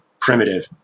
primitive